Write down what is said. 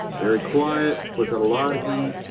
very quiet, puts out a lot of heat.